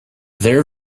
their